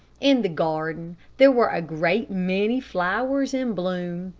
in the garden there were a great many flowers in bloom,